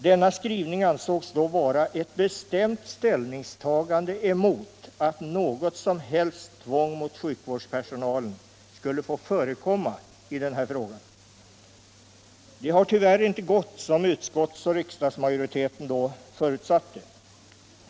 Denna skrivning ansågs då vara ett bestämt ställningstagande emot att något som helst tvång mot sjukvårdspersonalen skulle få förekomma i den här frågan. Det har tyvärr inte gått som utskottsoch riksdagsmajoriteten då förutsatte.